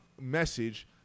message